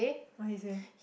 what he say